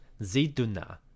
Ziduna